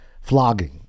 Flogging